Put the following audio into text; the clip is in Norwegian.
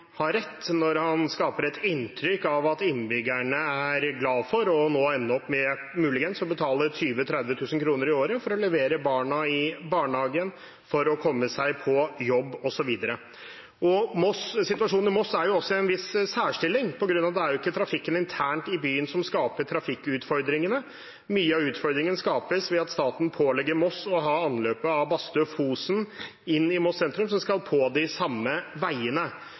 har rett når han skaper et inntrykk av at innbyggerne er glade for nå å ende opp med muligens å betale 20 000–30 000 kr i året for å levere barna i barnehagen, for å komme seg jobb, osv. Situasjonen i Moss er i en viss særstilling på grunn av at det ikke er trafikken internt i byen som skaper trafikkutfordringene. Mye av utfordringene skapes ved at staten pålegger Moss å ha anløpet av Bastø Fosen inne i Moss sentrum, og trafikken der skal på de samme veiene.